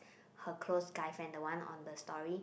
her close guy friend the one on the story